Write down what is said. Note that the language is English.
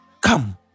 Come